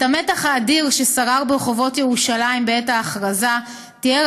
את המתח האדיר ששרר ברחובות ירושלים בעת ההכרזה תיאר